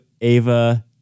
Ava